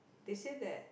they say that